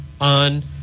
on